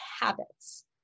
habits